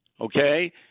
Okay